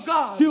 God